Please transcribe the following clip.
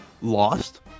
Lost